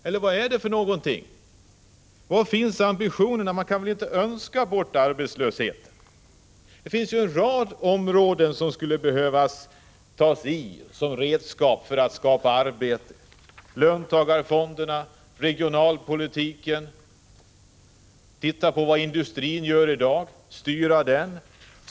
Eller vad är det för någonting? Var finns ambitionerna? Man kan väl inte önska bort arbetslösheten. Det finns ju en rad åtgärder på olika områden som skulle behöva tas i anspråk som redskap för att skapa arbete. Det gäller exempelvis löntagarfonderna och regionalpolitiken. Se också på vad industrin gör i dag och försök styra den.